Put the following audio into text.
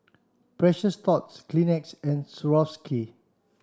Precious Thots Kleenex and Swarovski